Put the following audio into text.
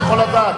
העם לא בחר ליכוד.